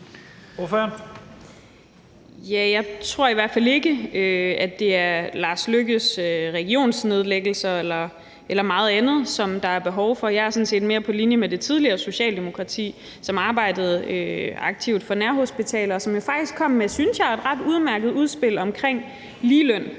Jeg tror i hvert fald ikke, at det er Lars Løkke Rasmussens regionsnedlæggelser eller meget andet, som der er behov for. Jeg er sådan set mere på linje med det tidligere Socialdemokrati, som arbejdede aktivt for nærhospitaler, og som jo faktisk kom med, synes jeg, et ret udmærket udspil omkring ligeløn